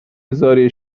هزاره